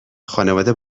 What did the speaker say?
خانواده